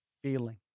Feeling